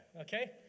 okay